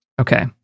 Okay